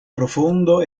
profondo